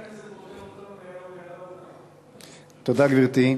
מזכיר הכנסת פוטר אותנו, תודה, גברתי.